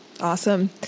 Awesome